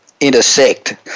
intersect